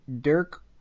Dirk